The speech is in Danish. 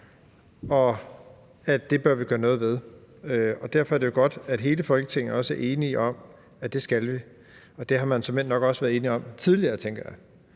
vi bør gøre noget ved det. Derfor er det jo godt, at hele Folketinget også er enige om, at det skal vi. Det har man såmænd nok også været enige om tidligere, tænker jeg.